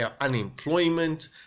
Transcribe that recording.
unemployment